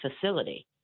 facility